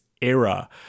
era